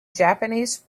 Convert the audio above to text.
japanese